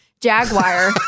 Jaguar